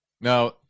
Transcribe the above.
Now